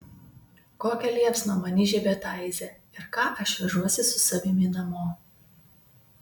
kokią liepsną man įžiebė taize ir ką aš vežuosi su savimi namo